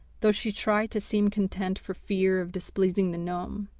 though she tried to seem content for fear of displeasing the gnome.